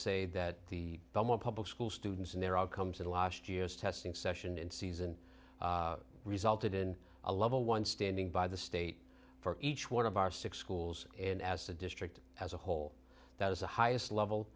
say that the belmore public school students and their outcomes in the last years testing session in season resulted in a level one standing by the state for each one of our six schools and as a district as a whole that is the highest level